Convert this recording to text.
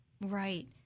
Right